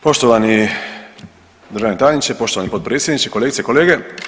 Poštovani državni tajniče, poštovani potpredsjedniče, kolegice i kolege.